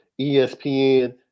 ESPN